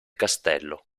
castello